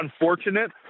unfortunate